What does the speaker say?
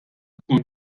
tkun